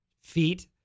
feet